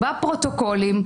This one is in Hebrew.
בפרוטוקולים,